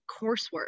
coursework